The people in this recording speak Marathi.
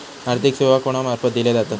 आर्थिक सेवा कोणा मार्फत दिले जातत?